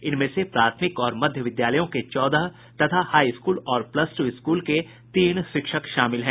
इनमें से प्राथमिक और मध्य विद्यालयों के चौदह तथा हाईस्कूल और प्लस टू स्कूल के तीन शिक्षक शामिल हैं